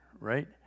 right